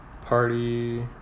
Party